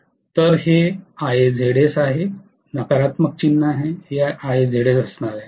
तर हे IaZs आहे नकारात्मक चिन्ह आहे हे IaZs असणार आहे